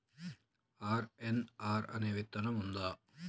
RNR అనే విత్తనం ఉందా?